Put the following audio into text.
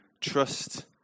Trust